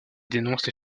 dénoncent